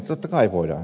totta kai voidaan